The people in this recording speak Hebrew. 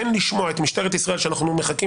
כן לשמוע את משטרת ישראל שאנחנו מחכים